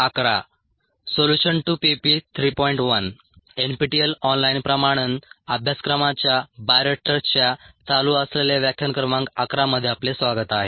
NPTEL online प्रमाणन अभ्यासक्रमाच्या बायोरिएक्टर्सच्या चालू असलेल्या व्याख्यान क्रमांक 11 मध्ये आपले स्वागत आहे